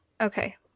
okay